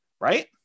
right